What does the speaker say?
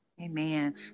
Amen